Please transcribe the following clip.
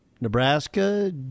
Nebraska